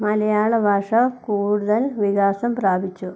മലയാള ഭാഷ കൂടുതൽ വികാസം പ്രാപിച്ചു